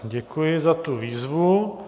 Děkuji za tu výzvu.